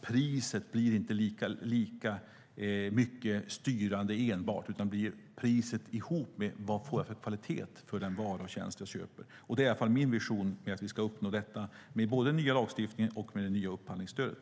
Priset blir inte lika mycket styrande, utan det är priset ihop med vad man får för kvalitet på den vara eller tjänst man köper som blir styrande. Det är i alla fall min vision att vi ska uppnå detta både med den nya lagstiftningen och med det nya upphandlingsstödet.